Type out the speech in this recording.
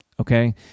Okay